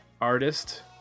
artist